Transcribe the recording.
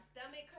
stomach